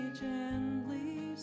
gently